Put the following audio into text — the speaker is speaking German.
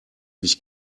ich